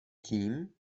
tím